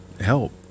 help